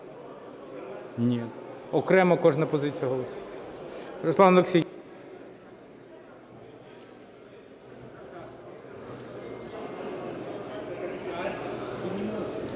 Ні, окремо кожна позиція голосується.